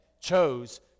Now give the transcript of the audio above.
chose